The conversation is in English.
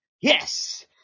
Yes